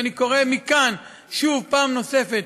ואני קורא מכאן שוב, פעם נוספת,